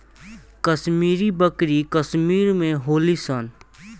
कश्मीरी बकरी कश्मीर में होली सन